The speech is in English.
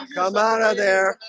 come out of there